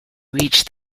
reach